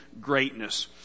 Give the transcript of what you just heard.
greatness